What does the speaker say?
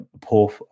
poor